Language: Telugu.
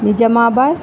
నిజామాబాద్